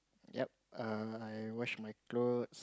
yup err I wash my clothes